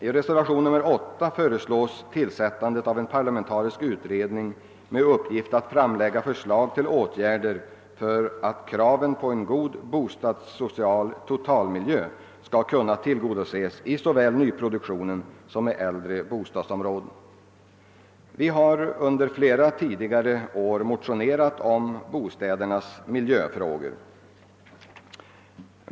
I reservationen 8 återkommer vi med förslag om tillsättandet av en parlamentarisk utredning med huvuduppgift att framlägga förslag till åtgärder för att kraven på en god bostadssocial totalmiljö skall kunna tillgodoses i såväl nyproduktionen som de äldre bostadsområdena. Vi har under flera tidigare år motionerat om bostädernas miljöfrågor.